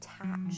attach